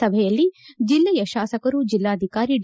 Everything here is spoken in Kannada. ಸಭೆಯಲ್ಲಿ ಜಿಲ್ಲೆಯ ಶಾಸಕರು ಜಿಲ್ಲಾಧಿಕಾರಿ ಡಿ